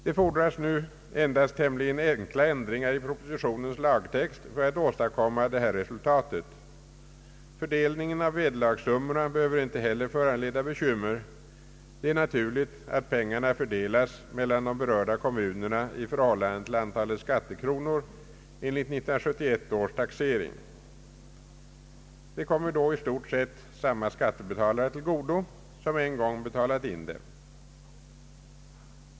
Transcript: Det fordras endast tämligen enkla ändringar i propositionens lagtext för att åstadkomma detta resultat. Fördelningen av vederlagssummorna behöver inte heller föranleda bekymmer. Det är naturligt att pengarna fördelas mellan de berörda kommunerna i förhållande till antalet skattekronor enligt 1971 års taxering. De kommer då i stort sett samma skattebetalare till godo som en gång betalat in dem.